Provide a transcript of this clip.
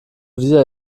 dieser